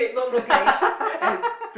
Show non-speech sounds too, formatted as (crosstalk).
(laughs)